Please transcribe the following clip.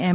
એમ